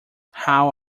how